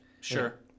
Sure